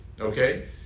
Okay